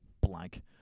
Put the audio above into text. blank